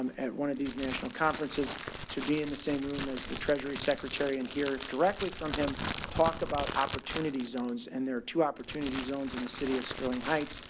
um, and one of these national conferences to be in the same room as the treasury secretary and hear directly from him talk about opportunities zones and there are two opportunities zones in the city of sterling heights.